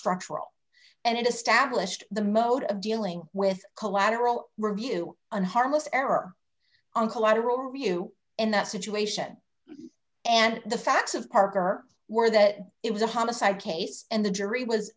established the mode of dealing with collateral review and harmless error on collateral review in that situation and the facts of parker were that it was a homicide case and the jury was